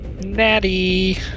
Natty